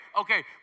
okay